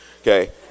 Okay